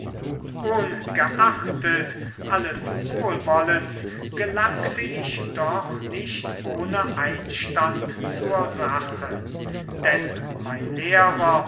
ohngeachtet alles wohlwollens gelangte ich doch nicht ohne einstand zur sache denn mein lehrer